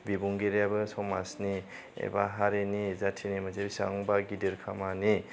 बिबुंगिरिआबो समाजनि एबा हारिनि जाथिनि मोनसे बिसिबांबा गिदिर खामानि